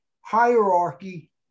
hierarchy